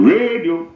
Radio